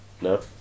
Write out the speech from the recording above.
No